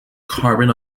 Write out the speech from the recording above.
carbon